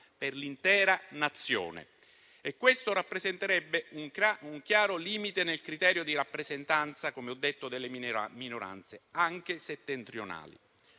per l'intera Nazione e questo rappresenterebbe un chiaro limite nel criterio di rappresentanza delle minoranze, anche settentrionali.